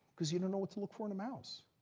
because you don't know what to look for in a mouse.